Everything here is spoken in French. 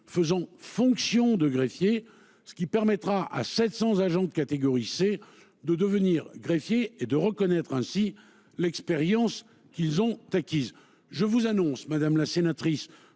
faisant fonction de greffier, qui permettra à 700 agents de cette catégorie de devenir greffiers et de voir ainsi reconnue l’expérience qu’ils ont acquise. Je vous annonce, madame la sénatrice,